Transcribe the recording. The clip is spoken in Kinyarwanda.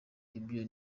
ibyo